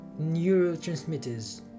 neurotransmitters